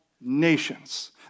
nations